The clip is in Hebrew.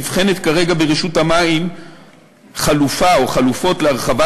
נבחנת כרגע ברשות המים חלופה או חלופות להרחבת